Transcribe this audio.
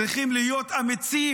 צריכים להיות אמיצים